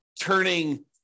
turning